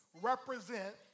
represent